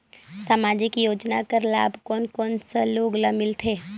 समाजिक योजना कर लाभ कोन कोन सा लोग ला मिलथे?